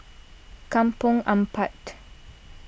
Kampong Ampat